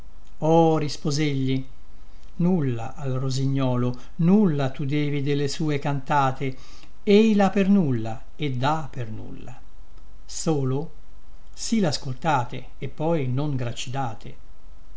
voglia oh risposegli nulla al rosignolo nulla tu devi delle sue cantate ei lha per nulla e dà per nulla solo si lascoltate e poi non gracidate